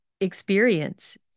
experience